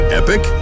epic